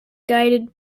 guided